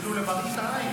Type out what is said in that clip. אפילו למראית עין.